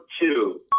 two